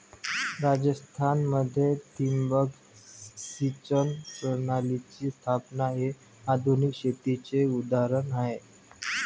राजस्थान मध्ये ठिबक सिंचन प्रणालीची स्थापना हे आधुनिक शेतीचे उदाहरण आहे